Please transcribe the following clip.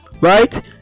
right